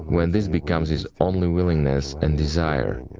when this becomes his only willingness and desire.